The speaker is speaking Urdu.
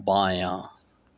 بایاں